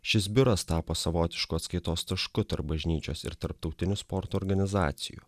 šis biuras tapo savotišku atskaitos tašku tarp bažnyčios ir tarptautinių sporto organizacijų